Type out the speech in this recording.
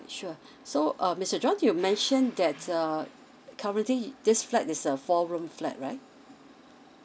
sure so um mister john you mentioned that err currently this flat is a four room flat right